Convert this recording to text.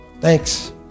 Thanks